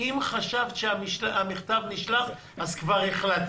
אם חשבת שהמכתב נשלח אז כבר החלטתם.